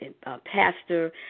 pastor